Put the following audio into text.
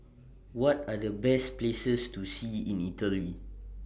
What Are The Best Places to See in Italy